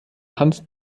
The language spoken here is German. hans